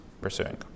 pursuing